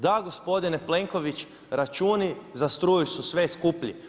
Da, gospodine Plenković, računi za struju su sve skuplji.